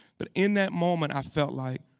but in that moment i felt like,